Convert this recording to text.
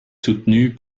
soutenu